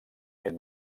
ell